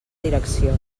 direcció